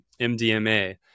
MDMA